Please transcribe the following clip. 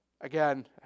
again